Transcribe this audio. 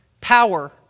power